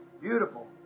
beautiful